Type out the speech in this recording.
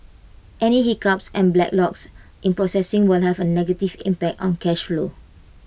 any hiccups and backlogs in processing will have A negative impact on cash flow